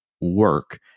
work